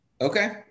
Okay